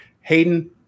Hayden